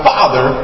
Father